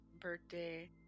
birthday